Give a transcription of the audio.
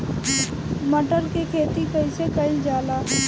मटर के खेती कइसे कइल जाला?